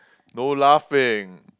no laughing